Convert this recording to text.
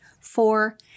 four